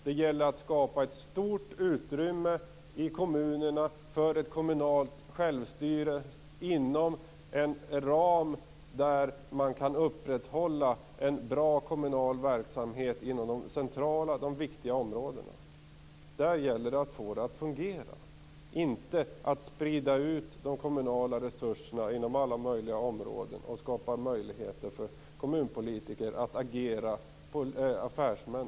Det gäller att skapa ett stort utrymme i kommunerna för ett kommunalt självstyre inom en ram där man kan upprätthålla en bra kommunal verksamhet inom de centrala och viktiga områdena. Det gäller att få detta att fungera, inte att sprida ut de kommunala resurserna på alla möjliga områden och skapa möjligheter för kommunpolitiker att också agera affärsmän.